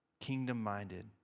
Kingdom-minded